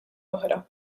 oħra